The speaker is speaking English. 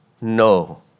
no